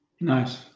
Nice